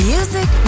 Music